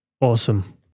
awesome